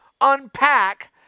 unpack